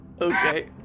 Okay